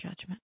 judgment